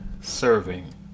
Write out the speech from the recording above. serving